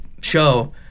show